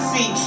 See